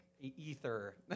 ether